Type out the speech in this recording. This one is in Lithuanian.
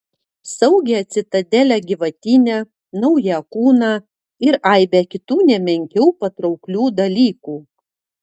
saugią citadelę gyvatyne naują kūną ir aibę kitų ne menkiau patrauklių dalykų